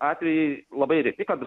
atvejai labai reti kad